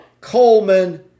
coleman